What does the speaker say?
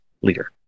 leader